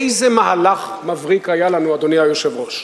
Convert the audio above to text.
איזה מהלך מבריק היה לנו, אדוני היושב-ראש.